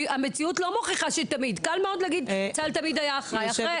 ולשוויון מגדרי): << יור >> צה"ל מגביר את האחריות